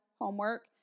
homework